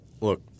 Look